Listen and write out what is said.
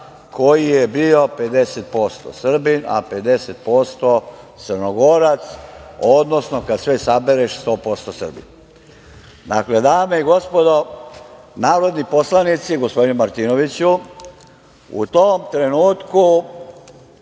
koji je bio 50% Srbin, a 50% Crnogorac, odnosno kada sve sabereš 100% Srbin. Dakle, dame i gospodo narodni poslanici, gospodine Martinoviću, u tom trenutku